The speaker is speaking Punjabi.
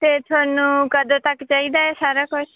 ਅਤੇ ਤੁਹਾਨੂੰ ਕਦੋਂ ਤੱਕ ਚਾਹੀਦਾ ਇਹ ਸਾਰਾ ਕੁਛ